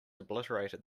obliterated